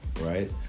right